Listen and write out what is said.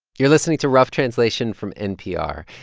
you're listening to rough translation from npr.